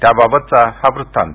त्याबाबतचा हा वृत्तांत